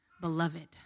beloved